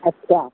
अछा